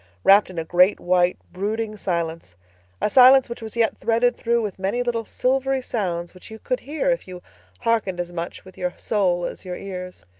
wrapped in a great, white, brooding silence a silence which was yet threaded through with many little silvery sounds which you could hear if you hearkened as much with your soul as your ears.